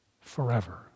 forever